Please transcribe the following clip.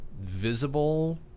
visible